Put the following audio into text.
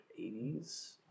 80s